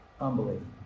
Unbelievable